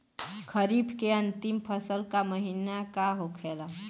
खरीफ के अंतिम फसल का महीना का होखेला?